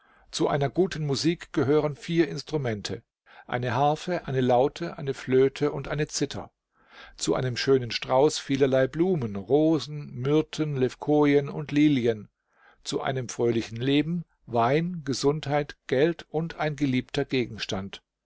zu einer guten musik gehören vier instrumente eine harfe eine laute eine flöte und eine zither zu einem schönen strauß viererlei blumen rosen myrten levkojen und lilien zu einem fröhlichen leben wein gesundheit geld und ein geliebter gegenstand